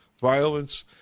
violence